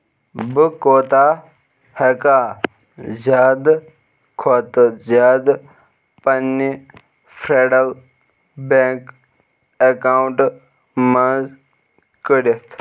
بہٕ کوٗتاہ ہٮ۪کا زِیٛادٕ کھۄتہٕ زِیٛادٕ پنِنہِ فیٚڈل بیٚنٛک اکاونٹہٕ منٛز کٔڑِتھ